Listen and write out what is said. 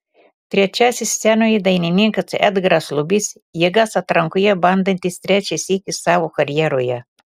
trečiasis scenoje dainininkas edgaras lubys jėgas atrankoje bandantis trečią sykį savo karjeroje